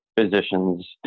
physicians